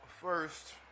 First